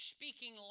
Speaking